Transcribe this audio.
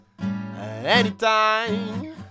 Anytime